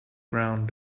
round